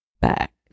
back